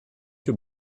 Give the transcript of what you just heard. your